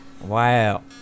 Wow